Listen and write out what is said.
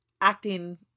acting